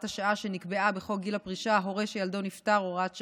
השעה שנקבעה בחוק גיל הפרישה (הורה שילדו נפטר) (הוראת שעה),